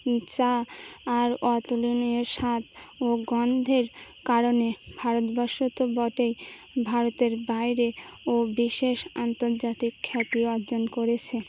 চা আর অতুলনীয় স্বাদ ও গন্ধের কারণে ভারতবর্ষ তো বটেই ভারতের বাইরে ও বিশেষ আন্তর্জাতিক খ্যাতি অর্জন করেছে